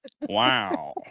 Wow